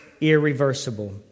irreversible